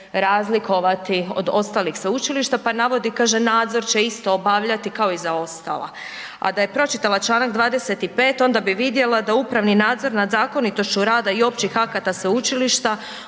razlikovati od ostalih sveučilišta pa navodi, kaže nadzor će isto obavljati kao i za ostala, a da je pročitala čl. 25., onda bi vidjela da upravni nadzor nad zakonitošću rada i općih akata Sveučilišta